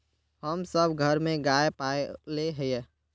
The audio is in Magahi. हम सब घर में गाय पाले हिये?